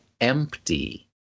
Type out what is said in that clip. empty